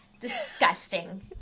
Disgusting